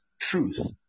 truth